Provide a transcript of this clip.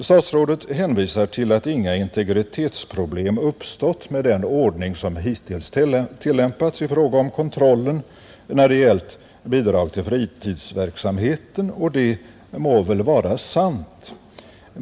Statsrådet hänvisar till att inga integritetsproblem uppstått med den ordning som hittills tillämpats i fråga om kontrollen när det gällt bidrag till fritidsverksamheten, och det må väl vara sant.